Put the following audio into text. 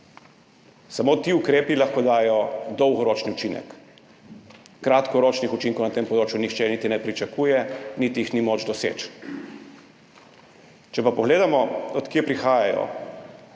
Samo ti ukrepi lahko dajo dolgoročni učinek. Kratkoročnih učinkov na tem področju nihče niti ne pričakuje niti jih ni moč doseči. Če pa pogledamo, od kje prihajajo,